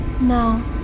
No